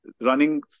running